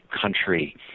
country